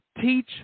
teach